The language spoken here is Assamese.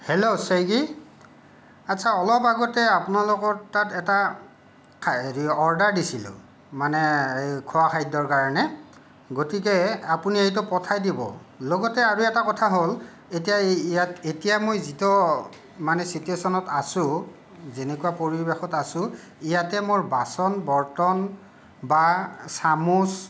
হেল্ল' ছইগি' আচ্ছা অলপ আগতে আপোনালোকৰ তাত এটা হেৰি অৰ্ডাৰ দিছিলোঁ মানে খোৱা খাদ্যৰ কাৰণে গতিকে আপুনি এইটো পঠাই দিব লগতে আৰু এটা কথা হ'ল এতিয়া ইয়াত এতিয়া মই যিটো মানে ছিটুৱেশ্যনত আছোঁ যেনেকুৱা পৰিৱেশত আছোঁ ইয়াতে মোৰ বাচন বৰ্তন বা চামুচ